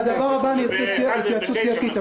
בדבר הבא אני ארצה התייעצות סיעתית.